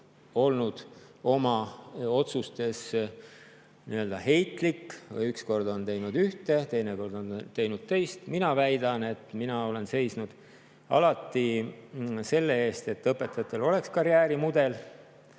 olnud oma otsustes heitlik, üks kord on teinud ühte, teine kord on teinud teist. Mina väidan, et mina olen alati seisnud selle eest, et õpetajatel oleks karjäärimudel.